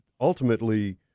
ultimately